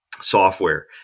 software